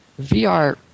VR